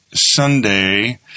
Sunday